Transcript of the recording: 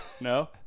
No